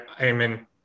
amen